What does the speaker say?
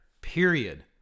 period